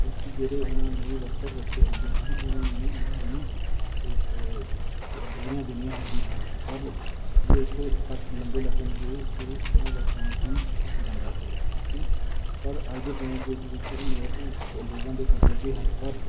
ਕਿਉਂਕਿ ਜਿਹੜੇ ਉਹਨਾਂ ਨੇ ਵਰਕਰ ਰੱਖੇ ਹੁੰਦੇ ਹਨ ਉਹਨਾਂ ਨੂੰ ਉਹਨਾਂ ਨੇ ਇਹ ਸੈਲਰੀਆਂ ਦੇਣੀਆਂ ਹੁੰਦੀਆਂ ਹਨ ਪਰ ਜੇ ਉੱਥੇ ਕੱਟ ਲੰਬੇ ਲੱਗਣਗੇ ਤਾਂ ਉਹਨਾਂ ਦਾ ਕੰਮ ਵੀ ਘੱਟ ਜਾਂਦਾ ਹੈ ਇਸ ਕਰਕੇ ਪਰ ਅੱਜ ਦੇ ਟਾਈਮ ਵਿੱਚ ਵਿੱਚ ਇਨਵਰਟਰ ਲੋਕਾਂ ਦੇ ਘਰ ਲੱਗੇ ਹਨ ਪਰ